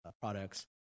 products